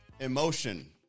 emotion